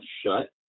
shut